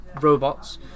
robots